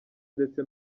ndetse